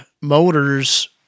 motors